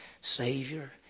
Savior